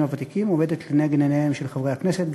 הוותיקים עומדת לנגד עיניהם של חברי הכנסת,